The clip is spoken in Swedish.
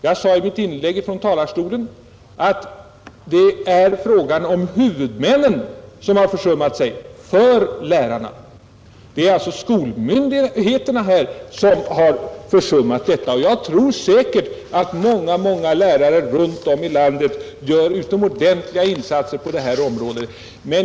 Jag sade i mitt inlägg från talarstolen att det är huvudmännen, skolmyndigheterna, som varit försumliga gentemot lärarna. Jag tror att många, många lärare runt om i landet gör utomordentliga insatser på detta område.